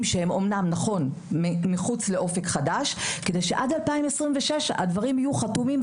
שהם אמנם מחוץ לאופק חדש כדי שעד 2026 הדברים יהיו חתומים,